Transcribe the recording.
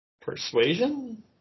persuasion